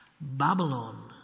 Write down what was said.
Babylon